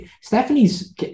Stephanie's